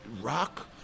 Rock